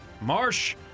Marsh